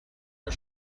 her